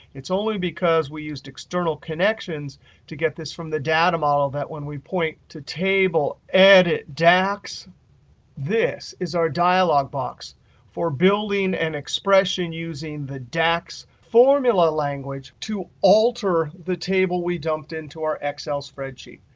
it's only because we used external connections to get this from the data model that when we point to table, edit dax this is our dialog box for building an expression using the dax formula language to alter the table we dumped into our excel spreadsheet.